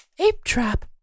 Ape-trap